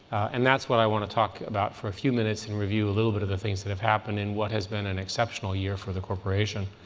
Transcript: and that's what i want to talk about for a few minutes and review a little bit of the things that have happened in what has been an exceptional year for the corporation.